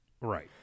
Right